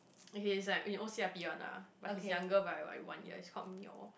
okay it's like in O_C_I_P one ah but he's younger by by one year he's called Myo